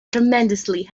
tremendously